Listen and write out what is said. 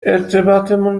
ارتباطمون